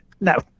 No